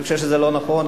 אני חושב שזה לא נכון,